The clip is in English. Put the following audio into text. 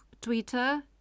Twitter